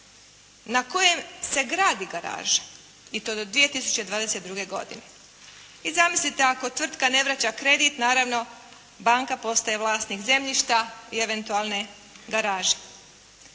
na kojem se gradi garaža i to do 2022. godine. I zamislite ako tvrtka ne vraća kredit, naravno banka postaje vlasnik zemljišta i eventualne garaže.